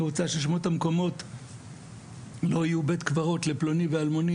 היא רוצה ששמות המקומות לא יהיו בית קברות לפלוני או אלמוני,